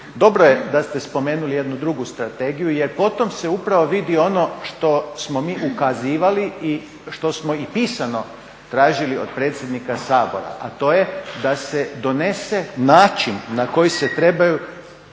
dobro je da ste spomenuli jednu drugu strategiju jer po tome se upravo vidi ono što smo mi ukazivali i što smo i pisano tražili od predsjednika Sabora a to je da se donese način na koji se trebaju